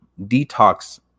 detox